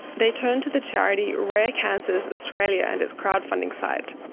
they turned to the charity rare cancers australia and its crowdfunding site.